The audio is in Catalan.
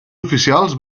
oficials